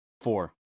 Four